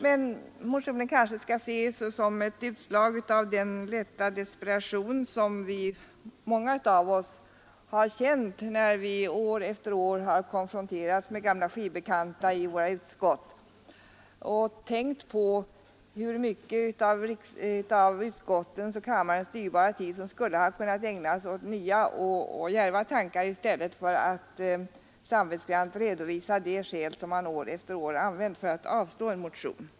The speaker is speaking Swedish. Men motionen kanske kan ses som ett utslag av den lätta desperation som många av oss har känt när vi år efter år konfronterats med gamla ”skivbekanta” i utskotten och tänkt på hur mycket av utskottens och kammarens dyrbara tid som skulle ha kunnat ägnas åt nya och djärva tankar i stället för att användas till att samvetsgrant redovisa de skäl som år efter år anförts för att avslå en motion.